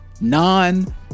non